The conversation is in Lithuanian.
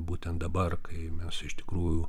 būtent dabar kai mes iš tikrųjų